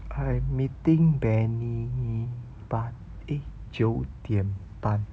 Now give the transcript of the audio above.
I meeting benny 八 eh 九点半